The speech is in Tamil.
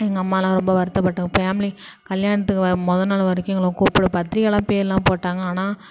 எங்கள் அம்மாலாம் ரொம்ப வருத்தப்பட்டாங்க ஃபேமிலி கல்யாணத்துக்கு மொதல் நாள் வரைக்கும் எங்களை கூப்பிட பத்திரிக்கைலாம் பேர்லாம் போட்டாங்க ஆனால்